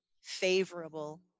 favorable